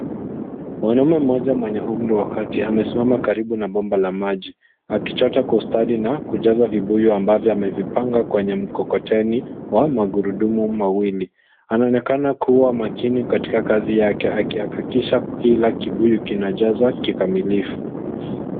Mwanaume mmoja mwenye umri wakati amesimama karibu na bomba la maji akichota kwa ustadi na kujaza vibuyu ambavyo amevipanga kwenye mkokoteni wa magurudumu mawili. Anaonekana kuwa makini katika kazi yake akihakikisha kila kibuyu kinajazwa kikamilifu.